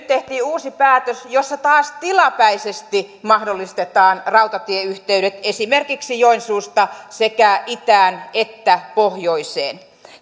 tehtiin uusi päätös jossa taas tilapäisesti mahdollistetaan rautatieyhteydet esimerkiksi joensuusta sekä itään että pohjoiseen